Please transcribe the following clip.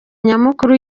nyamukuru